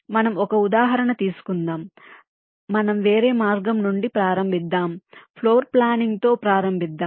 మనం ఒక ఉదాహరణ తీసుకుందాం మనం వేరే మార్గం నుండి ప్రారంభిద్దాం ఫ్లోర్ ప్లానింగ్ తో ప్రారంభిద్దాం